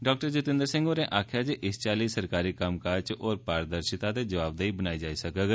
डा जितेंद्र सिंह होरें आक्खेया जे इस चाल्ली सरकारी कम्मकाज च होर पारदर्षिता ते जबवदेही बनाई जाई सकुग